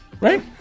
Right